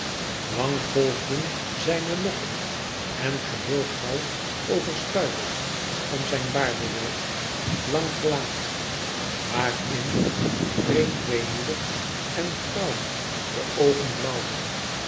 lang golfden zijne lokken en geheel goud overstuifd om zijn baardeloos blank gelaat waar in vreemd weemoedig en grauw de oogen